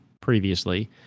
previously